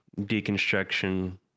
deconstruction